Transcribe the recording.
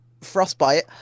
frostbite